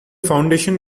foundation